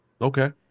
Okay